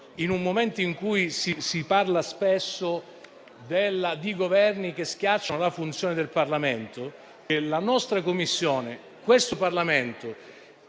in un momento in cui si parla spesso di Governi che schiacciano la funzione del Parlamento, che la nostra Commissione, in seno a questo Parlamento,